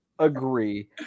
Agree